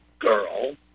girl